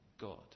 God